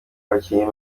ababyinnyi